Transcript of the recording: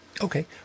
okay